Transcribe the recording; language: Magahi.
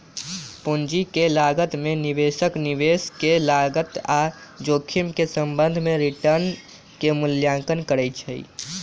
पूंजी के लागत में निवेशक निवेश के लागत आऽ जोखिम के संबंध में रिटर्न के मूल्यांकन करइ छइ